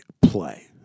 play